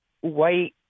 white